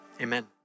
Amen